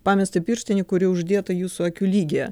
pamestą pirštinę kuri uždėta jūsų akių lygyje